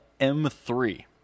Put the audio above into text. M3